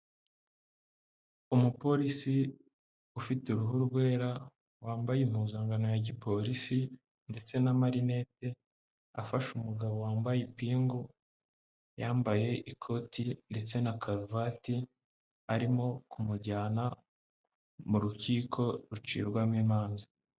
Umupolisi ufite uruhu rwera wambaye impuzankano ya gipolisi ndetse n'amarinete. Afashe umugabo wambaye ipingu, yambaye ikoti ndetse na karuvati arimo kumujyana mu rukiko rucibwamo imanza.